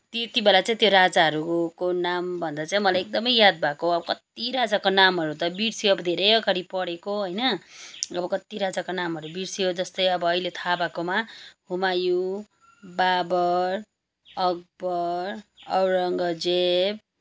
त्यति बेला चाहिँ त्यो राजाहरू को नाम भन्दा चाहिँ मलाई एकदमै याद भएको अब कत्ति राजाको नामहरू त बिर्स्यो अब धेरै अगाडि पढेको होइन अब कत्ति राजाको नामहरू बिर्सियो जस्तै अब अहिले थाहा भएकोमा हुमायुँ बाबर अकबर औरङ्गजेब